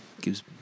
gives